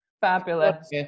fabulous